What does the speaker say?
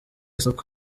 isoko